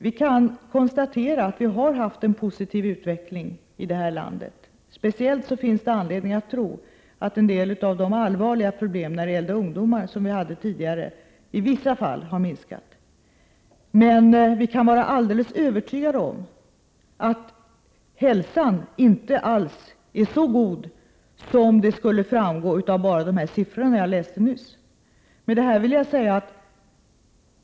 Vi kan konstatera att vi har haft en positiv utveckling i detta land. Det finns speciellt anledning att tro att en del av de allvarliga problem som vi har haft tidigare när det gäller ungdomar i vissa fall har minskat. Vi kan dock vara helt övertygade om att hälsan inte alls är så god som tycks framgå av de siffror som jag nyss läste upp.